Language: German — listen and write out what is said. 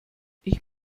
ich